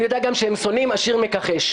אני יודע גם שהם שונאים עשיר מכחש.